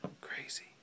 Crazy